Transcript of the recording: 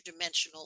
interdimensional